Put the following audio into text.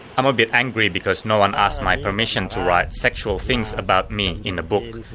i'm a bit angry because no-one asked my permission to write sexual things about me in the book.